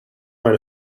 made